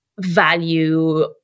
value